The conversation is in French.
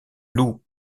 lou